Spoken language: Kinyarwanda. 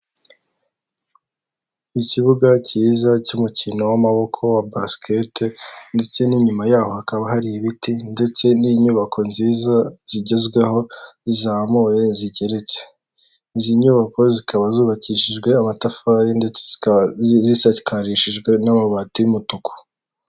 Ikibuga cyiza cy'umukino w'amaboko wa basiketi ndetse n'inyuma yaho hakaba hari ibiti ndetse n'inyubako nziza zigezweho zizamuye zigereritse, izi nyubako zikaba zubakishijwe amatafari ndetse zisakarishijwe n'amabati y'umutuku.